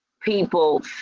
people